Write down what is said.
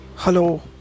Hello